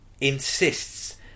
insists